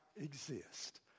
exist